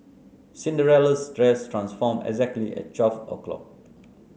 Cinderella's dress transformed exactly at twelve o' clock